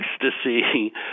ecstasy